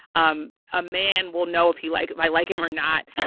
um a man will know if he like if i like him or not.